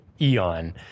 eon